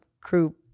crew